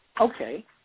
okay